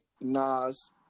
Nas